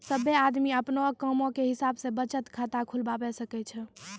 सभ्भे आदमी अपनो कामो के हिसाब से बचत खाता खुलबाबै सकै छै